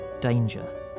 danger